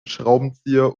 schraubenzieher